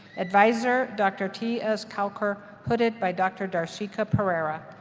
advisor, dr. t s. kalkur hooded by dr. darshika perera.